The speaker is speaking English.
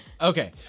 Okay